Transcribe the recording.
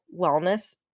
wellness